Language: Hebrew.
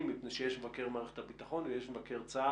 משום שיש את מבקר מערכת הביטחון ויש מבקר צבא